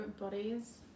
bodies